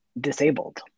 disabled